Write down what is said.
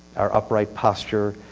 our upright posture,